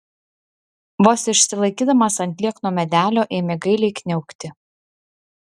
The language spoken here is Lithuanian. vos išsilaikydamas ant liekno medelio ėmė gailiai kniaukti